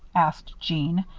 asked jeanne,